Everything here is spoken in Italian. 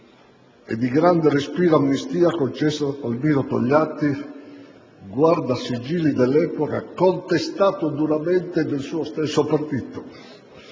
(e di grande respiro) amnistia concessa da Palmiro Togliatti, guardasigilli dell'epoca, contestato duramente dal suo stesso partito,